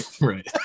right